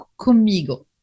Comigo